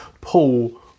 Paul